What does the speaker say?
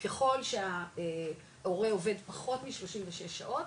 ככול שההורה עובד פחות מ-36 שעות,